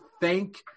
thank